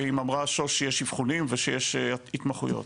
אם אמרה שושי יש אבחונים ושיש התמחויות,